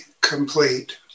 complete